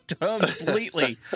completely